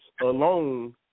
alone